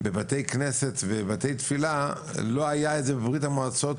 בבתי כנסת ובבתי תפילה לא היה בברית המועצות